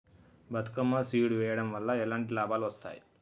Bathukamma seed వెయ్యడం వల్ల ఎలాంటి లాభాలు వస్తాయి?